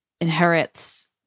inherits